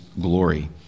glory